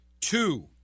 Two